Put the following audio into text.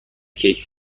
کیک